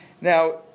Now